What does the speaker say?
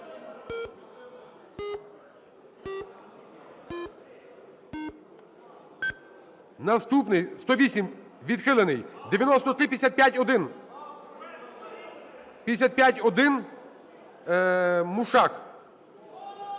Наступний… 108, відхилений. 9355-1. 55-1, Мушак.